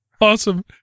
Awesome